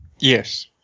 Yes